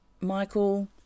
Michael